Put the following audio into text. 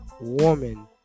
woman